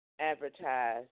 advertise